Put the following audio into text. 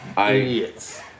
Idiots